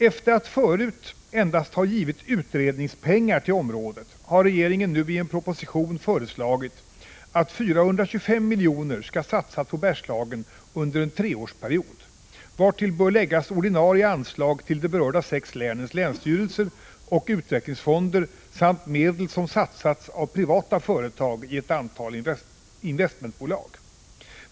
Efter att förut endast ha givit ”utredningspengar” till området har regeringen nu i en proposition föreslagit att 425 miljoner skall satsas på Bergslagen under en treårsperiod, vartill bör läggas ordinarie anslag till de berörda sex länens länsstyrelser och utvecklingsfonder samt medel som satsats av privata företag i ett antal investmentbolag.